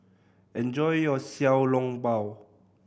enjoy your Xiao Long Bao